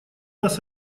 нас